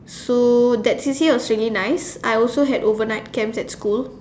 so that C_C_A was really nice I also had overnight camps at school